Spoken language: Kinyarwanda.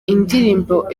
indirimbo